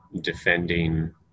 defending